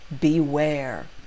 beware